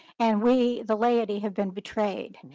and we, the lady had been betrayed.